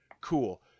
Cool